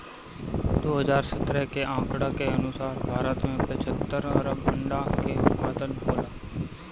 दू हज़ार सत्रह के आंकड़ा के अनुसार भारत में पचहत्तर अरब अंडा कअ उत्पादन होला